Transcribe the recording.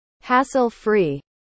hassle-free